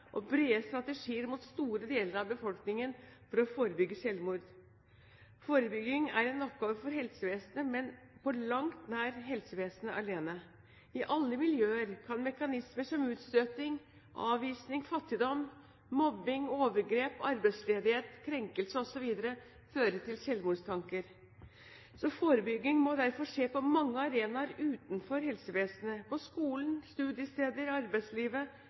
og brede strategier mot store deler av befolkningen for å forebygge selvmord. Forebygging er en oppgave for helsevesenet, men på langt nær helsevesenet alene. I alle miljøer kan mekanismer som utstøting, avvisning, fattigdom, mobbing, overgrep, arbeidsledighet, krenkelse osv. føre til selvmordstanker. Forebygging må derfor skje på mange arenaer utenfor helsevesenet – på skolen, på studiesteder, i arbeidslivet,